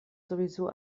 sowieso